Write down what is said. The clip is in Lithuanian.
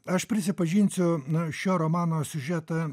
aš prisipažinsiu na šio romano siužetą